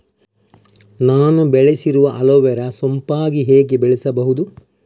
ನಾನು ಬೆಳೆಸಿರುವ ಅಲೋವೆರಾ ಸೋಂಪಾಗಿ ಹೇಗೆ ಬೆಳೆಸಬಹುದು?